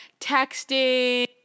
texting